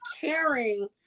caring